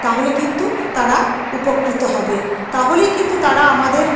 তাহলে কিন্তু তারা উপকৃত হবে তাহলেই কিন্তু তারা আমাদের